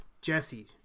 Jesse